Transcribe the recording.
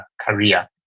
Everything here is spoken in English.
career